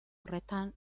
horretan